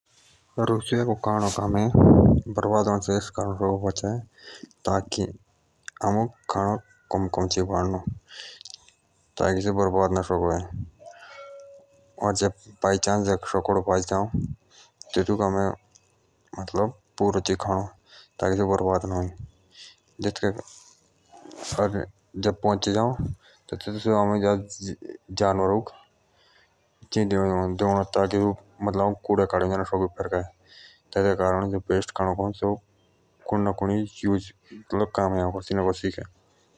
रसोई का खाना बर्बाद होने से आमें एथॉक कारण डी सकु बचाए ताकी आमुख खाना कम चेही बढ़ानो ताकि से बर्बाद होने से सको बचे और जे ज्यादा बाजू तबे अओमुक पुरु चे ही खानो जेटोलिया खाना बर्बाद ना आईं यानी आमुक खाना फेरकाणो ना छाई।